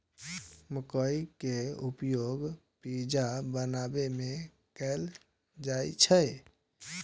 मकइ के उपयोग पिज्जा बनाबै मे कैल जाइ छै